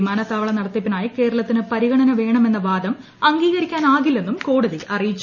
വിമാനത്താവള നടത്തിപ്പിനായി കേരളത്തിന് പരിഗണന വേണമെന്ന വാദം അംഗീകരിക്കാനാകില്ലെന്നും കോടതി അറിയിച്ചു